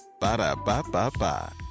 Ba-da-ba-ba-ba